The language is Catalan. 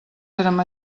érem